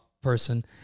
person